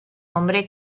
hombre